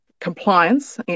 compliance